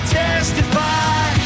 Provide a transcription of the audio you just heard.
testify